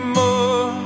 more